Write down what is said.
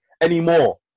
Anymore